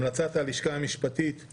המלצת הלשכה המשפטית היא